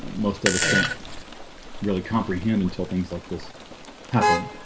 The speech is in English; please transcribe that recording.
most of us don't really comprehend until things like this happen.